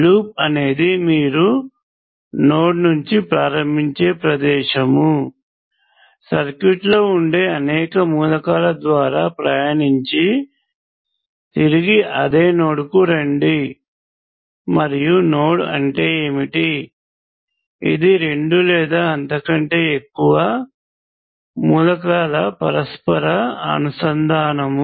loop అనేది మీరు node నుండి ప్రారంభించే ప్రదేశం సర్క్యూట్ లో వుండే అనేక మూలకాల ద్వారా ప్రయాణించి తిరిగి అదే నోడ్ కు రండి మరియు నోడ్ అంటే ఏమిటి ఇది రెండు లేదా అంతకంటే ఎక్కువ మూలకాల యొక్క పరస్పర అనుసంధానం